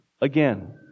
again